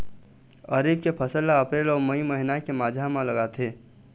खरीफ के फसल ला अप्रैल अऊ मई महीना के माझा म लगाथे